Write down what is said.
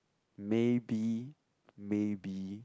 maybe maybe